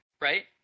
right